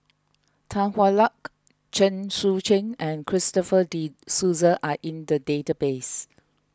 Tan Hwa Luck Chen Sucheng and Christopher De Souza are in the database